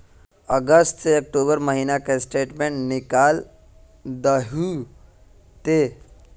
अगस्त से अक्टूबर महीना का स्टेटमेंट निकाल दहु ते?